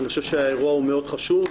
אני חושב שהאירוע הוא מאוד חשוב.